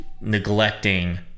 neglecting